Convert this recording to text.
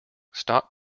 stock